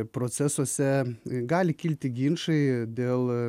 procesuose gali kilti ginčai dėl